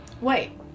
Wait